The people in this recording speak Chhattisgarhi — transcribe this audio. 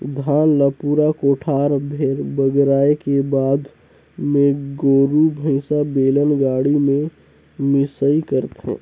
धान ल पूरा कोठार भेर बगराए के बाद मे गोरु भईसा, बेलन गाड़ी में मिंसई करथे